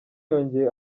yongeye